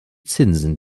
zinsen